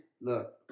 look